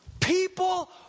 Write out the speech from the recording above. people